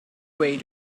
way